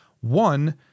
One